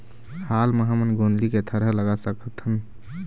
हाल मा हमन गोंदली के थरहा लगा सकतहन?